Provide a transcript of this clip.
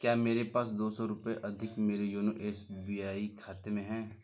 क्या मेरे पास दो सौ रुपये अधिक मेरे योनो एस बी आई खाते में हैं